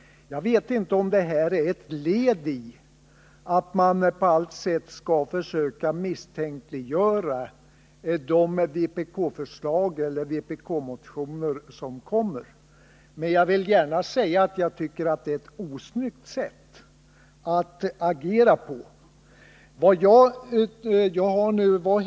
Jag vet inte om det här är ett led i en strävan att på allt sätt försöka misstänkliggöra de vpk-förslag eller de vpk-motioner som kommer. Men jag vill gärna säga att jag tycker att det är ett osnyggt sätt att agera på.